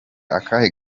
akahe